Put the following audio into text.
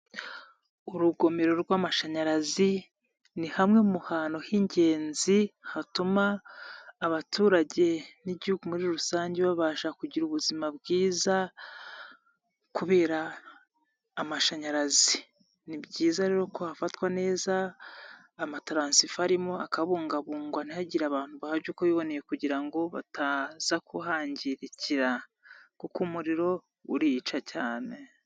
Urugomero rw'amashanyarazi ni hamwe mu hantu h'ingenzi hatuma abaturage n'Igihugu muri rusange babasha kugira ubuzima bwiza kubera amashanyarazi, ni byiza rero ko hafatwa neza amataransifo arimo akabungabungwa, ntihagire abantu bahajya uko biboneye kugira ngo bataza kuhangirikira, kuko umuriro urica cyane.